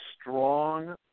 strong